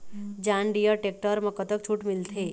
John Deere tractor म कतक छूट मिलथे?